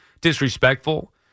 disrespectful